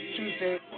Tuesday